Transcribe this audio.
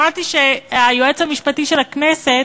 שמעתי שהיועץ המשפטי של הכנסת